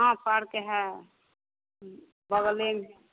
हाँ पार्क है बगल में